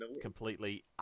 completely